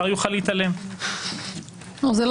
השר יוכל להתעלם.